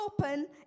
open